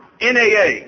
NAA